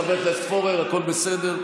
חבר הכנסת פורר, הכול בסדר?